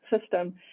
system